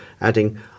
adding